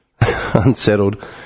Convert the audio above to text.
unsettled